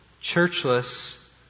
churchless